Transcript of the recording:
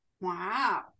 Wow